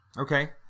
Okay